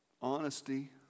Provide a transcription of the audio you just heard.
honesty